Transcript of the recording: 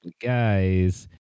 guys